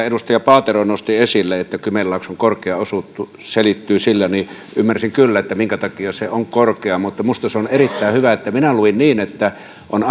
edustaja paatero nosti esille että kymenlaakson korkea osuus selittyy niillä niin ymmärsin kyllä minkä takia se on korkea mutta minusta se on erittäin hyvä minä luin niin että on